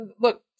Look